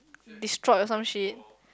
destroyed or some shit